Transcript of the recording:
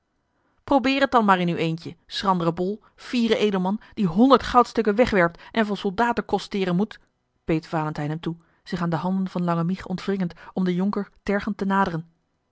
probeer het dan maar in uw eentje schrandere bol fiere edelman die honderd goudstukken wegwerpt en van soldatenkost teren moet beet valentijn hem toe zich aan de handen van lange mich ontwringend om den jonker tergend te naderen